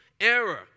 error